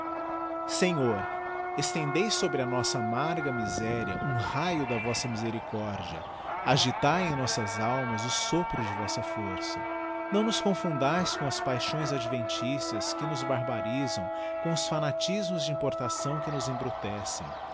senhor estendei sobre a nossa amarga miséria um raio da vossa misericórdia agitae em nossas almas o sopro de vossa força não nos confundaes